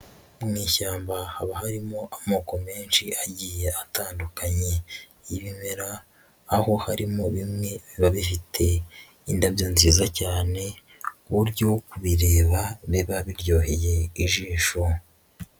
Mu ishyamba haba harimo amoko menshi agiye atandukanye y'ibimera, aho harimo bimwe biba bifite indabyo nziza cyane, ku buryo kubireba biba biryoheye ijisho.